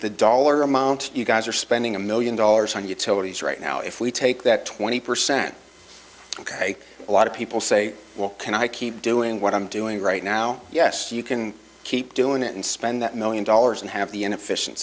the dollar amount you guys are spending a million dollars on utilities right now if we take that twenty percent ok a lot of people say well can i keep doing what i'm doing right now yes you can keep doing it and spend that million dollars and have the inefficient